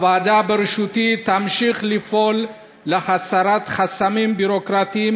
הוועדה בראשותי תמשיך לפעול להסרת חסמים ביורוקרטיים